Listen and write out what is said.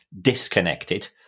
disconnected